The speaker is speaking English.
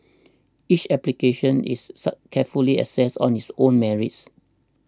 each application is carefully assessed on its own merits